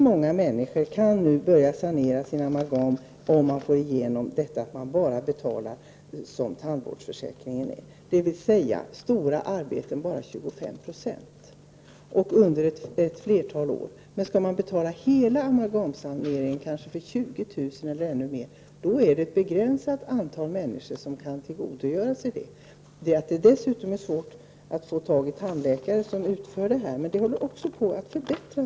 Många människor skulle kunna börja sanera sin amalgam om de bara behövde betala 25 % av kostnaderna i enlighet med tandvårdsförsäkringens regler. Om man skulle tvingas att betala hela kostnaden för amalgamsaneringen, kanske 20 000 kr. eller mer, är det bara ett begränsat antal människor som kan få en sådan sanering. Det har hittills varit ont om tandläkare som arbetar med amalgamsanering, men även i det avseendet håller situationen nu på att bli bättre.